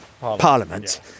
Parliament